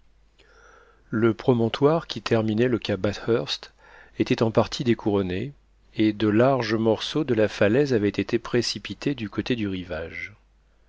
le promontoire qui terminait le cap bathurst était en partie découronné et de larges morceaux de la falaise avaient été précipités du côté du rivage